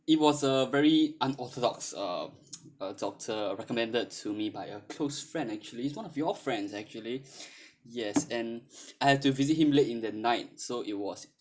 it was a very unorthodox uh uh doctor recommended to me by a close friend actually one of your friends actually yes and I have to visit him late in the night so it was